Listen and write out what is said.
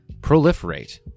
proliferate